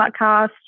podcast